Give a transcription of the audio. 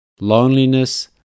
loneliness